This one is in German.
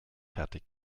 fertig